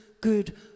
good